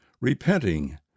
Repenting